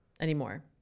anymore